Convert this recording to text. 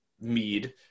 mead